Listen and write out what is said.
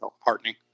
heartening